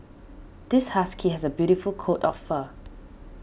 this husky has a beautiful coat of fur